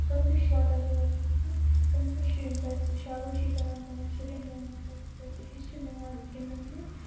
تِم تہِ چھِ واتان تور تِژھ پھِر تِم تہِ چھِ تَتہِ شابٲشِی کران تِمن شُرین یِم مطلب تَتہِ ہیٚچھنہِ نِوان گِندنس منٛز